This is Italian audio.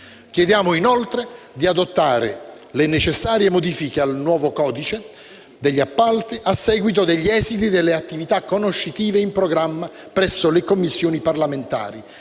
Chiediamo, inoltre, di adottare le necessarie modifiche al nuovo codice degli appalti a seguito degli esiti delle attività conoscitive in programma presso le Commissioni parlamentari